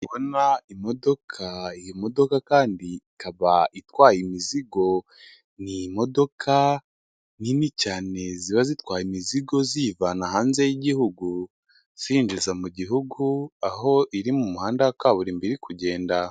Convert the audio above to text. Imodoka, iyi modoka kandi ikaba itwaye imizigo. Ni imodoka nini cyane ziba zitwaye imizigo ziyivana hanze y'igihugu zinjiza mu gihugu, aho iri mu muhanda wa kaburimbo iri kugenda.